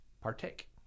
partake